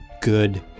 good